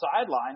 sideline